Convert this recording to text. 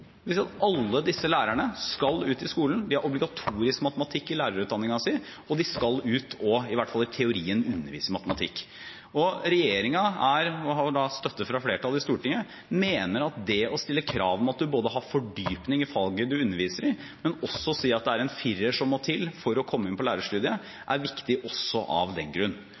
Alle disse lærerne skal ut i skolen, matematikk er obligatorisk i lærerutdanningen deres, og de skal ut og – i hvert fall i teorien – undervise i matematikk. Regjeringen mener – og har vel støtte fra flertallet i Stortinget – at både det å stille krav om at man har fordypning i faget man underviser i, og å si at det er en 4-er som må til for å komme inn på lærerstudiet, er viktig også av den grunn.